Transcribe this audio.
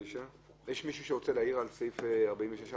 יש מי שרוצה להעיר על סעיף 46(א)?